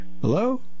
Hello